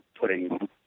putting